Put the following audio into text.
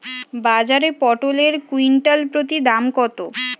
বাজারে পটল এর কুইন্টাল প্রতি দাম কত?